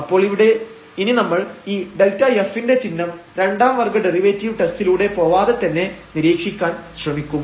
അപ്പോൾ ഇവിടെ ഇനി നമ്മൾ ഈ Δf ന്റെ ചിഹ്നം രണ്ടാം വർഗ്ഗ ഡെറിവേറ്റീവ് ടെസ്റ്റിലൂടെ പോവാതെ തന്നെ നിരീക്ഷിക്കാൻ ശ്രമിക്കും